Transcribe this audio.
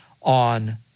on